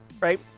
Right